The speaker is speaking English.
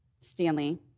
Stanley